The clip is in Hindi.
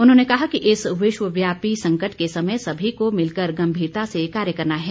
उन्होंने कहा कि इस विश्वव्यापी संकट के समय सभी को मिलकर गम्भीरता से कार्य करना है